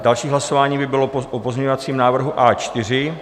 Další hlasování by bylo o pozměňovacím návrhu A4.